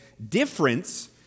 Difference